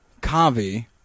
Kavi